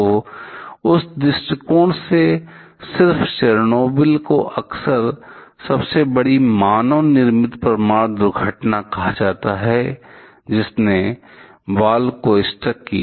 तो उस दृष्टिकोण से सिर्फ चेरनोबिल को अक्सर सबसे बड़ी मानव निर्मित परमाणु दुर्घटना कहा जाता है जिसने बॉल को स्टक किया